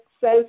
says